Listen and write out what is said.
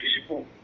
people